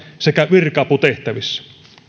sekä virka aputehtävissä